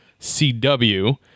CW